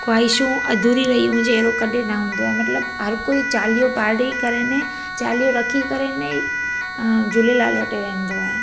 ख़्वाईशूं अधूरी रही हुजे अहिड़ो कॾहिं न हूंदो आहे मतलबु हर कोई चालीहो पाड़े करे ने चालीहो रखी करे ने झूलेलाल वटि वेंदो आहे